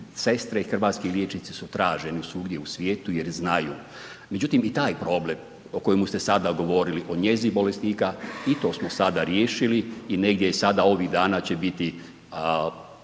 sestre i hrvatski liječnici su traženi svugdje u svijetu jer znaju. Međutim i taj problem o kojemu ste sada govorili, o njezi bolesnika i to smo sada riješili i negdje je sada ovih dana će biti prihvaćen